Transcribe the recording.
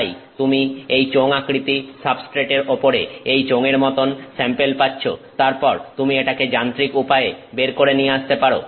তাই তুমি এই চোঙ আকৃতি সাবস্ট্রেটের ওপরে এই চোঙের মতন স্যাম্পেল পাচ্ছো তারপর তুমি এটাকে যান্ত্রিক উপায়ে বের করে নিয়ে আসতে পারো